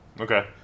Okay